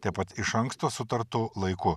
taip pat iš anksto sutartu laiku